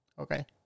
Okay